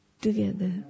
together